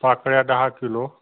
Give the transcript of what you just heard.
पाकळ्या दहा किलो